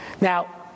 Now